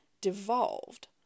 devolved